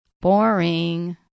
boring